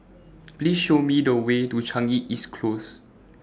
Please Show Me The Way to Changi East Close